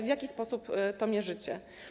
W jaki sposób to mierzycie?